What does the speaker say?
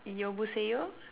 your